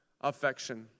affection